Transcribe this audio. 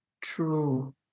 true